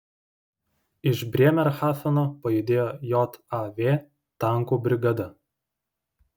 iš brėmerhafeno pajudėjo jav tankų brigada